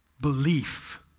Belief